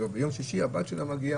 ביום שישי הבת שלה מגיעה,